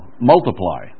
multiply